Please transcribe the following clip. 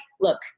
look